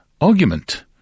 argument